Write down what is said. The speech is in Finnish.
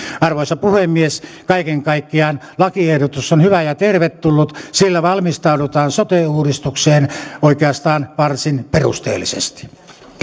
arvoisa puhemies kaiken kaikkiaan lakiehdotus on hyvä ja tervetullut sillä valmistaudutaan sote uudistukseen oikeastaan varsin perusteellisesti